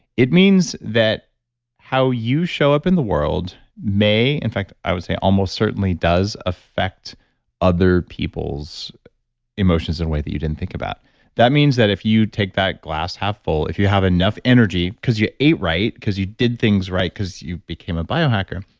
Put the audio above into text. it means that how you show up in the world may, in fact i would say almost certainly does affect other people's emotions in a way that you didn't think about that means that if you take that glass half full, if you have enough energy because you ate right, because you did things right because you became a biohacker,